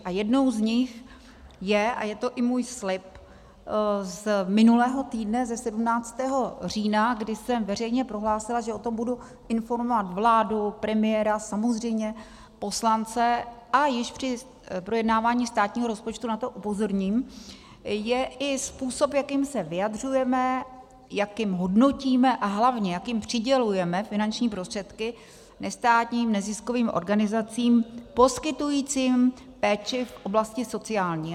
A jednou z nich je a je to i můj slib z minulého týdne, ze 17. října, kdy jsem veřejně prohlásila, že o tom budu informovat vládu, premiéra, samozřejmě poslance, a již při projednávání státního rozpočtu na to upozorním je i způsob, jak jim se vyjadřujeme, jakým hodnotíme a hlavně jakým přidělujeme finanční prostředky nestátním neziskovým organizacím poskytujícím péči v oblasti sociální.